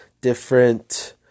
different